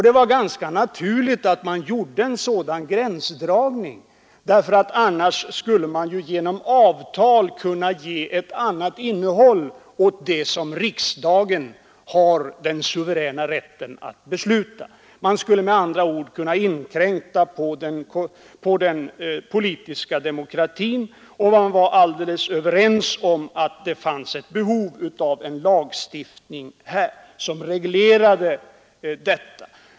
Det var naturligt att man gjorde en sådan gränsdragning; annars skulle man ju genom avtal kunna ge ett annat innehåll åt det som riksdagen har den suveräna rätten att besluta om. Man skulle med andra ord kunna inkräkta på den politiska demokratin. Vi var överens om att det fanns behov av en lagstiftning som reglerade detta.